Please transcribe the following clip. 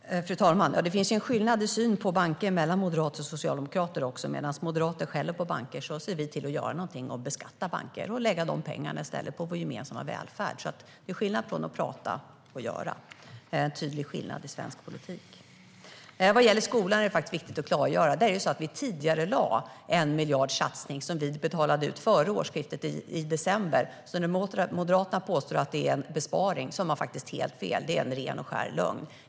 Vad gäller skolan är det viktigt att klargöra att vi tidigarelade en miljardsatsning och betalade ut den före årsskiftet, i december. När Moderaterna påstår att det är en besparing har de alltså helt fel. Det är ren och skär lögn.